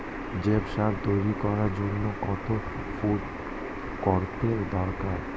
জৈব সার তৈরি করার জন্য কত ফুট গর্তের দরকার?